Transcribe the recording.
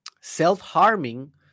Self-harming